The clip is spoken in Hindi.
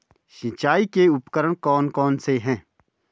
सिंचाई के उपकरण कौन कौन से हैं?